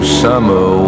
summer